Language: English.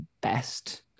best